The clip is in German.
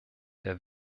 der